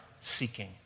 seeking